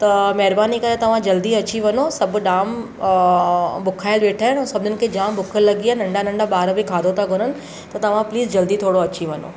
त महिरबानी करे तव्हां जल्दी अची वञो सभु डाम बुखायल वेठा आहिनि ऐं सभिनीनि खे जामु बुख लॻी आहे नंढा नंढा ॿार बि खाधो था घुरनि त तव्हां प्लीज जल्दी थोरो अची वञो